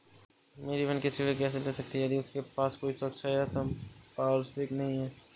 मेरी बहिन कृषि ऋण कैसे ले सकती है यदि उसके पास कोई सुरक्षा या संपार्श्विक नहीं है?